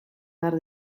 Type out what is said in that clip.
behar